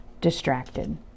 distracted